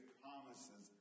promises